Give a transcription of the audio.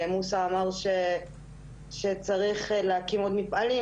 מוסא אמר שצריך להקים עוד מפעלים,